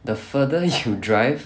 the further you drive